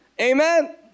amen